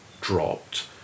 dropped